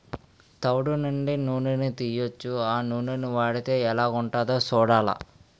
తవుడు నుండి నూనని తీయొచ్చు ఆ నూనని వాడితే ఎలాగుంటదో సూడాల